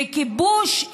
וכיבוש,